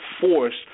forced